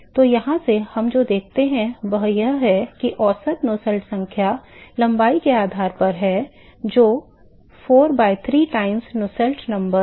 तो यहाँ से हम जो देखते हैं वह यह है कि औसत नुसेल्ट संख्या लंबाई के आधार पर है जो 4 by 3 times the Nusselt number है